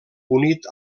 unit